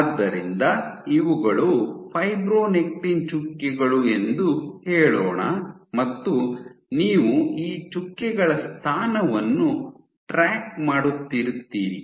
ಆದ್ದರಿಂದ ಇವುಗಳು ಫೈಬ್ರೊನೆಕ್ಟಿನ್ ಚುಕ್ಕೆಗಳು ಎಂದು ಹೇಳೋಣ ಮತ್ತು ನೀವು ಈ ಚುಕ್ಕೆಗಳ ಸ್ಥಾನವನ್ನು ಟ್ರ್ಯಾಕ್ ಮಾಡುತ್ತಿರುತ್ತೀರಿ